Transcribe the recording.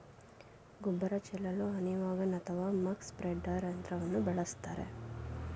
ಗೊಬ್ಬರ ಚೆಲ್ಲಲು honey wagon ಅಥವಾ ಮಕ್ ಸ್ಪ್ರೆಡ್ದರ್ ಯಂತ್ರವನ್ನು ಬಳಸ್ತರೆ